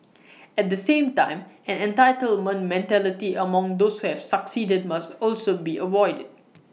at the same time an entitlement mentality among those who have succeeded must also be avoided